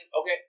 okay